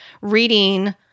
reading